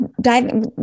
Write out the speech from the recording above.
diving